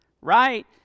right